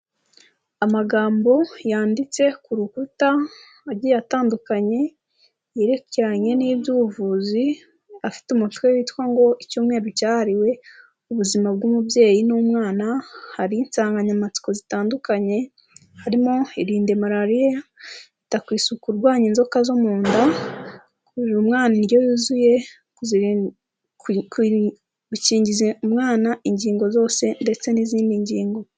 Amagambo yanditse ku rukuta agiye atandukanye yerekeranye n'iby'ubuvuzi, afite umutwe witwa ngo icyumweru cyahariwe ubuzima bw'umubyeyi n'umwana hariho insanganyamatsiko zitandukanye, harimo irinde malariya ita ku isuku urwanya inzoka zo mu nda, gaburira umwana indyo yuzuye gukingiza umwana inkingo zose ndetse n'izindi ngingo.